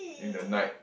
in the night